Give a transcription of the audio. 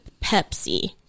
Pepsi